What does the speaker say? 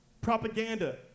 Propaganda